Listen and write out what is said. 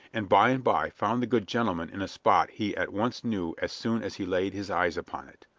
and by and by found the good gentleman in a spot he at once knew as soon as he laid his eyes upon it.